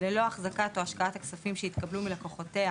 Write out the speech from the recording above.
ללא החזקת או השקעת הכספים שהתקבלו מלקוחותיה